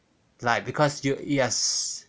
like because you yes